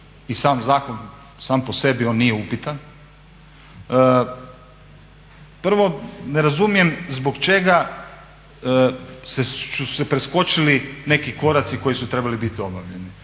i sam zakon, sam po sebi on nije upitan. Prvo, ne razumijem zbog čega su se preskočili neki koraci koji su trebali biti obavljeni?